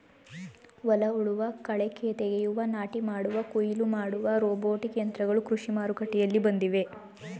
ಹೊಲ ಉಳುವ, ಕಳೆ ತೆಗೆಯುವ, ನಾಟಿ ಮಾಡುವ, ಕುಯಿಲು ಮಾಡುವ ರೋಬೋಟಿಕ್ ಯಂತ್ರಗಳು ಕೃಷಿ ಮಾರುಕಟ್ಟೆಯಲ್ಲಿ ಬಂದಿವೆ